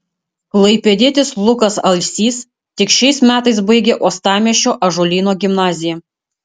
klaipėdietis lukas alsys tik šiais metais baigė uostamiesčio ąžuolyno gimnaziją